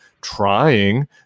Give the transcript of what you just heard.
trying